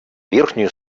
верхнюю